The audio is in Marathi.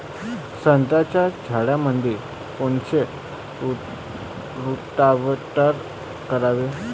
संत्र्याच्या झाडामंदी कोनचे रोटावेटर करावे?